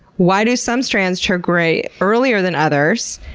why do some strands turn gray earlier than others?